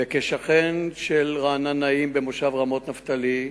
וכשכן של רענן נעים במושב רמות-נפתלי,